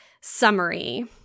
summary